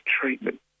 treatment